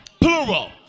plural